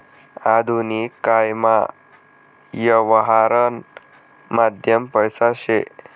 आधुनिक कायमा यवहारनं माध्यम पैसा शे